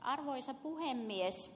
arvoisa puhemies